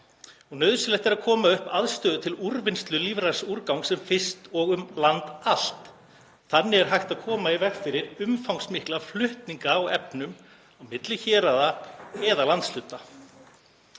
Nauðsynlegt er að koma upp aðstöðu til úrvinnslu lífræns úrgangs sem fyrst og um land allt. Þannig er hægt að koma í veg fyrir umfangsmikla flutninga á efnum milli héraða eða landshluta.